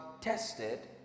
tested